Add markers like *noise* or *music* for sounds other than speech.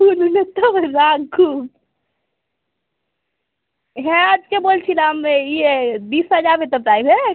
*unintelligible* *unintelligible* তো আবার রাগ খুব হ্যাঁ আজকে বলছিলাম এই ইয়ে দিশা যাবে তো প্রাইভেট